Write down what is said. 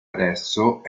adesso